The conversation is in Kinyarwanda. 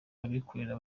abikorera